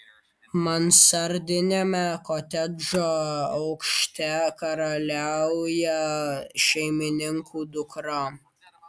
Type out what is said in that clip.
mansardiniame kotedžo aukšte karaliauja šeimininkų dukra